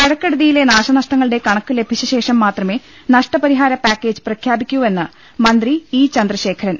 മഴക്കെടുതിയിലെ നാശനഷ്ടങ്ങളുടെ കണക്ക് ലഭിച്ച ശേഷം മാത്രമെ നഷ്ടപരിഹാര പാക്കേജ് പ്രഖ്യാപിക്കൂവെന്ന് മന്ത്രി ഇ ചന്ദ്രശേഖരൻ